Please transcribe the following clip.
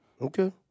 Okay